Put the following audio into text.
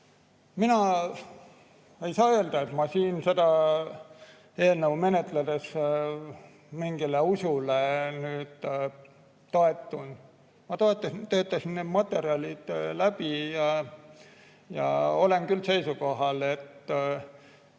Mina ei saa öelda, et ma siin seda eelnõu menetledes mingile usule toetun. Ma töötasin need materjalid läbi ja olen seisukohal,